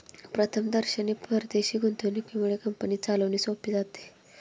प्रथमदर्शनी परदेशी गुंतवणुकीमुळे कंपनी चालवणे सोपे जाते